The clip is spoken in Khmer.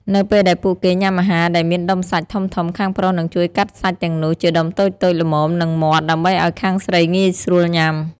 នៅពេលដែលពួកគេញ៉ាំអាហារដែលមានដុំសាច់ធំៗ ខាងប្រុសនឹងជួយកាត់សាច់ទាំងនោះជាដុំតូចៗល្មមនឹងមាត់ ដើម្បីឱ្យខាងស្រីងាយស្រួលញ៉ាំ។